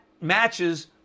matches